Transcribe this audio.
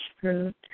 fruit